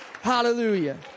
Hallelujah